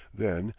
then,